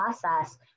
process